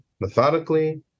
methodically